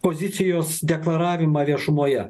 pozicijos deklaravimą viešumoje